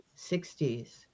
60s